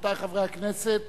רבותי חברי הכנסת,